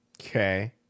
Okay